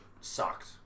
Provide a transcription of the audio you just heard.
sucked